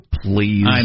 please